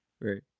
Right